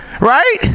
Right